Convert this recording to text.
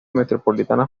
metropolitana